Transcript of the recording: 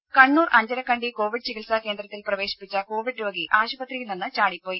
ദേദ കണ്ണൂർ അഞ്ചരക്കണ്ടി കോവിഡ് ചികിത്സാ കേന്ദ്രത്തിൽ പ്രവേശിപ്പിച്ച കോവിഡ് രോഗി ആശുപത്രിയിൽ നിന്ന് ചാടി പോയി